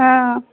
हँ